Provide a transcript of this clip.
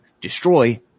destroy